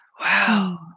wow